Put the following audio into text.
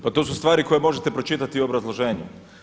Pa to su stvari koje možete pročitati u obrazloženju.